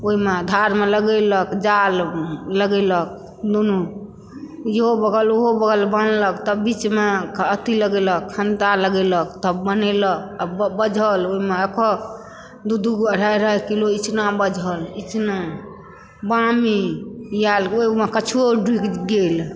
ओहिमे धारमे लगेलक जाल लगैलक दुनू इहो बगल उहो बगल बान्हलक तब बीचमे अथी लगेलक खन्ता लगेलक तब बनेलक बऽ बझल ओहिमे एकहक दुदू गो अढाइ अढाइ किलो इचना बझल इचना बामी आयल ओहिमे कछुओ ढुकि गेल